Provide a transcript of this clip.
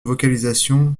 vocalisations